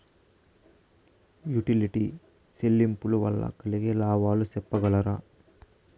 Utility చెల్లింపులు వల్ల కలిగే లాభాలు సెప్పగలరా?